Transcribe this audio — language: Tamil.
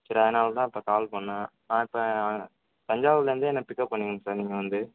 சரி அதனால் தான் இப்போ கால் பண்ணேன் நான் இப்போ தஞ்சாவூர்லர்ந்து என்ன பிக்கப் பண்ணனும் சார் நீங்கள் வந்து